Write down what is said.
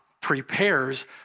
prepares